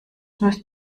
müsste